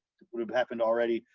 would have happened already,